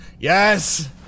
Yes